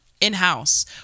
in-house